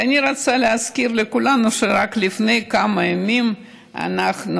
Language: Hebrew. ואני רוצה להזכיר לכולנו שרק לפני כמה ימים אנחנו